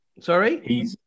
Sorry